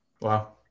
wow